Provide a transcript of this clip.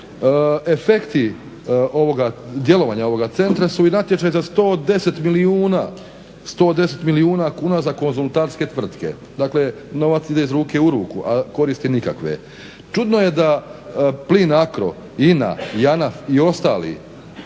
efekti djelovanja ovog centra je i natječaj za 110 milijuna kuna za konzultantske tvrtke. Dakle novac ide iz ruke u ruku a koristi nikakve. Čudno je da Plinacro, INA, JANAF i ostali